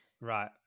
Right